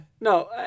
No